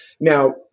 Now